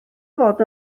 fod